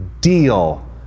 deal